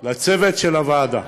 לצוות של הוועדה,